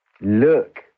look